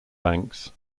banks